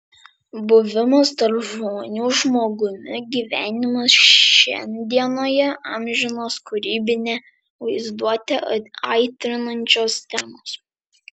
buvimas tarp žmonių žmogumi gyvenimas šiandienoje amžinos kūrybinę vaizduotę aitrinančios temos